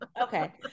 Okay